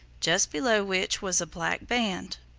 just below which was a black band.